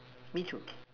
me too